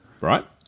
right